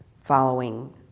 following